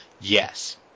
Yes